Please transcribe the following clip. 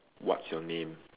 what's your name